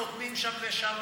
בבית נועם נותנים שם נשמה,